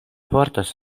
portas